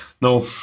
No